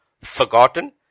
forgotten